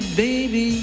baby